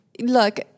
look